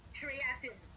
creative